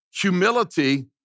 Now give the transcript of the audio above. humility